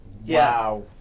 wow